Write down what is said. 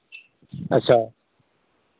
अच्छा